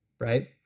Right